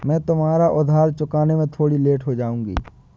मैं तुम्हारा उधार चुकाने में थोड़ी लेट हो जाऊँगी